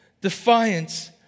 Defiance